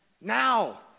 Now